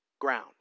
ground